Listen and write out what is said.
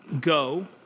go